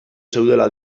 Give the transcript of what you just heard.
zeudela